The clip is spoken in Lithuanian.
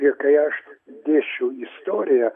ir kai aš dėsčiau istoriją